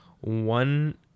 one